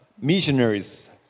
missionaries